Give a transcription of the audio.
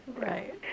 Right